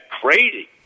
crazy